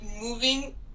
moving